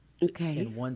Okay